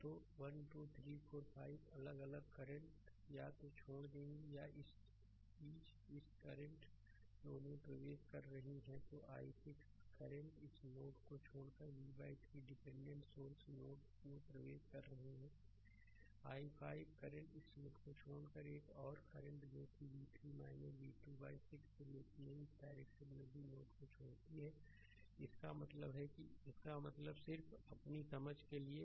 तो 1 2 3 4 5 अलग अलग करंट या तो छोड़ देंगी या यह चीज इस i 2 करंट नोड में प्रवेश कर रही हैं तो i6 करंट इस नोड को छोड़कर v 3 डिपेंडेंट सोर्स नोड में प्रवेश कर रहे हैं i5 करंट इस नोड को छोड़कर एक और करंट जो v3 v2 बाइ 6 से लेती है इस डायरेक्शन में भी नोड छोड़ती है इसका मतलब है इसका मतलब सिर्फ अपनी समझ के लिए है